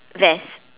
vest